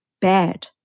bad